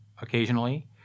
occasionally